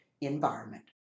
environment